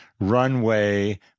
Runway